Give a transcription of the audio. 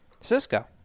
Cisco